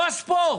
לא הספורט.